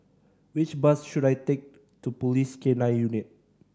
which bus should I take to Police K Nine Unit